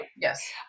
yes